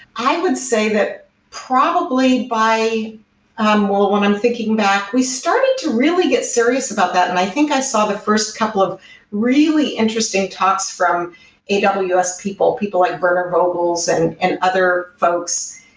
i would say that probably by um well, when i'm thinking back, we started to really get serious about that, and i think i saw the first couple of really interesting talks from and aws people. people like werner vogels and and other folks.